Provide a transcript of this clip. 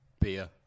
Beer